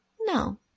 no